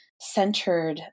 centered